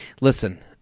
Listen